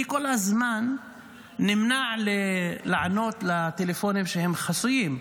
אני כל הזמן נמנע מלענות לטלפונים חסויים,